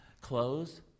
clothes